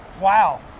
wow